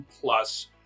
plus